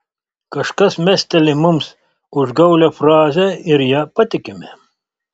kažkas mesteli mums užgaulią frazę ir ja patikime